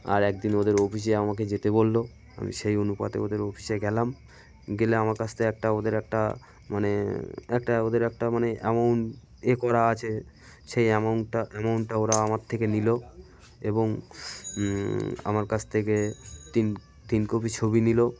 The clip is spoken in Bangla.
আর একদিন ওদের অফিসে আমাকে যেতে বললো আমি সেই অনুপাতে ওদের অফিসে গেলাম গেলে আমার কাছ থেকে একটা ওদের একটা মানে একটা ওদের একটা মানে অ্যামাউন্ট এ করা আছে সেই অ্যামাউন্টটা অ্যামাউন্টটা ওরা আমার থেকে নিল এবং আমার কাছ থেকে তিন তিন কপি ছবি নিল